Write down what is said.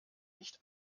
nicht